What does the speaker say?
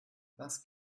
was